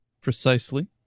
Precisely